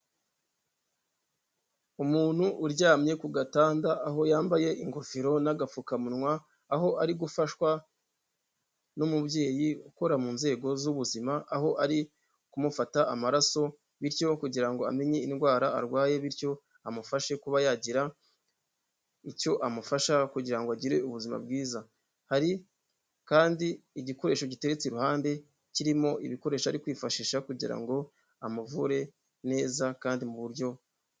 Umuntu uryamye ku gatanda aho yambaye ingofero n'agapfukamunwa aho ari gufashwa n'umubyeyi ukura mu nzego z'ubuzima aho ari ukumufata amaraso bityo kugira ngo amenye indwara arwaye bityo amufashe kuba yagira icyo amufasha kugira ngo agire ubuzima bwiza hari kandi igikoresho giteretse iruhande kirimo ibikoresho ari kwifashisha kugira ngo amuvure neza kandi mu buryo.